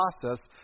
process